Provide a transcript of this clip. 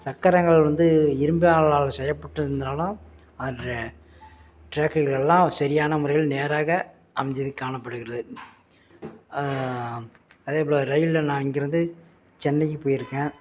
சக்கரங்கள் வந்து இரும்பினால் செய்யப்பட்டு இருந்தாலும் அந்த ட்ராக்குகள் எல்லாம் சரியான முறையில் நேராக அமைஞ்சி காணப்படுகிறது அதேபோல் ரயிலில் நான் இங்கேருந்து சென்னைக்கு போய்ருக்கேன்